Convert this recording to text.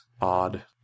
odd